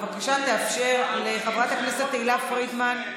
בבקשה תאפשר לחברת הכנסת תהלה פרידמן גם